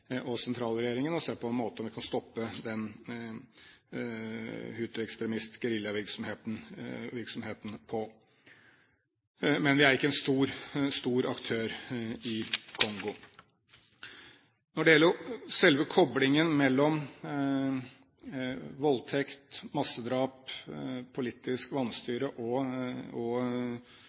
og sentralregjeringen, og sett på en måte som vi kan stoppe den hutuekstremistiske geriljavirksomheten på. Men vi er ikke en stor aktør i Kongo. Når det gjelder selve koblingen mellom voldtekt, massedrap, politisk vanstyre og